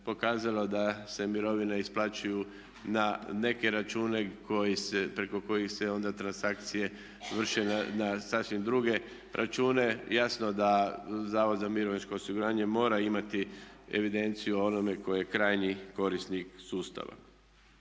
pokazalo da se mirovine isplaćuju na neke račune koji se, preko kojih se onda transakcije vrše na sasvim druge račune. Jasno da Zavod za mirovinsko osiguranje mora imati evidenciju onome ko je krajnji korisnik sustava.